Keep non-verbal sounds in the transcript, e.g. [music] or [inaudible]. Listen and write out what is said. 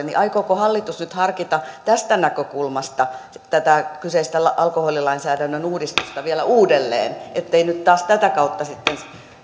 [unintelligible] niin aikooko hallitus nyt harkita tästä näkökulmasta tätä kyseistä alkoholilainsäädännön uudistusta vielä uudelleen ettei nyt taas tätä kautta sitten